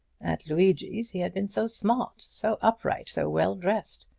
at luigi's he had been so smart, so upright, so well dressed.